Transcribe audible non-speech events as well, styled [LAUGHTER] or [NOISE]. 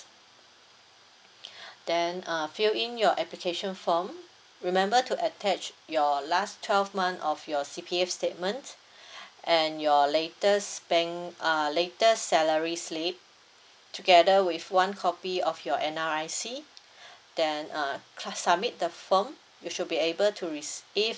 [BREATH] then uh fill in your application form remember to attach your last twelve month of your C_P_F statement [BREATH] and your latest bank err latest salary slip together with one copy of your N_R_I_C [BREATH] then uh cu~ submit the form you should be able to receive